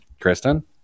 Kristen